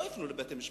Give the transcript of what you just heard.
לא יפנו לבתי-משפט.